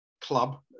club